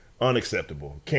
Unacceptable